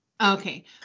Okay